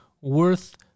worth